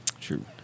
True